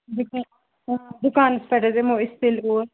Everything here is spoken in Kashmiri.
دُکا دُکانَس پٮ۪ٹھ حظ یِمو أسۍ تیٚلہِ اور